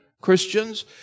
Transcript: Christians